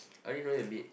I only know him a bit